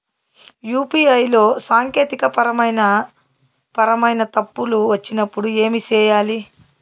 UPI లో సాంకేతికపరమైన పరమైన తప్పులు వచ్చినప్పుడు ఏమి సేయాలి